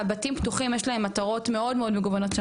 בתים פתוחים יש להם מטרות מאוד מאוד מגוונות.